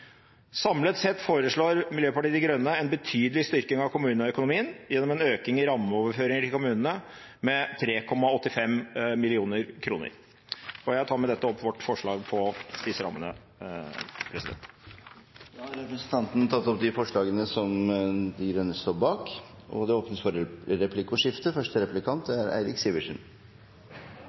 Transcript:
Samlet sett foreslår Miljøpartiet De Grønne en betydelig styrking av kommuneøkonomien gjennom en økning i rammeoverføringene til kommunene med 3,85 mrd. kr. Det åpnes for replikkordskifte. Det er